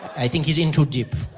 i think his in to deep.